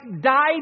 died